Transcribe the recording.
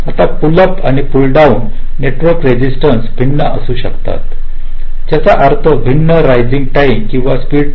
आता pull up आणि pull down नेटवर्कचे रेसिस्टन्सस भिन्न असू शकतात ज्याचा अर्थ भिन्न राइस टाईम आणि स्पीड टाईम